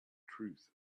truth